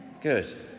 Good